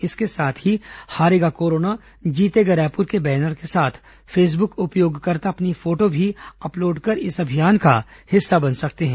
इसके साथ ही हारेगा कोरोना जीतेगा रायपुर के बैनर के साथ फेसबुक उपयोगकर्ता अपनी फोटो भी अपलोड कर इस अभियान का हिस्सा बन सकते हैं